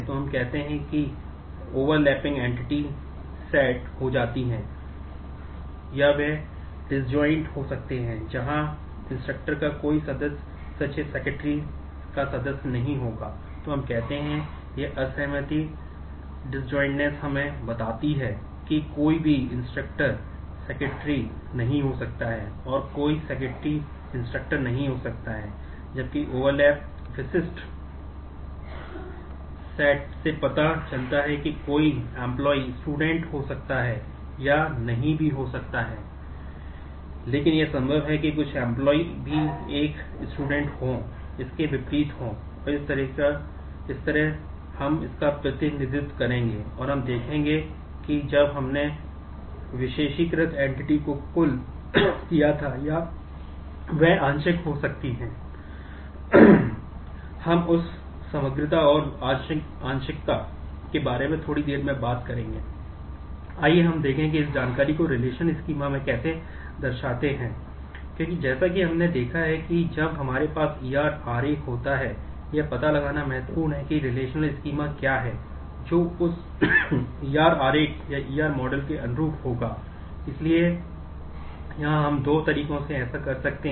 तो हम कहते हैं कि यह असहमति डिसजोईंटनेस हो सकती हैं